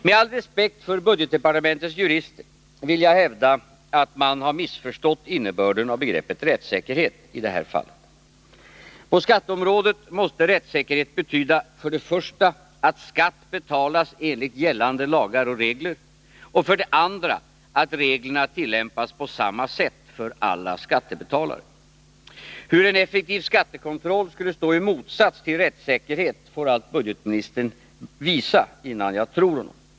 Med all respekt för budgetdepartementets jurister vill jag hävda att man har missförstått innebörden av begreppet rättssäkerhet i det här fallet. På skatteområdet måste rättssäkerhet betyda för det första att skatt betalas enligt gällande lagar och regler och för det andra att reglerna tillämpas på samma sätt för alla skattebetalare. Hur en effektiv skattekontroll skulle stå i motsats till rättssäkerhet får allt budgetministern visa, innan jag tror honom.